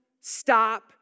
stop